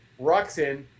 Ruxin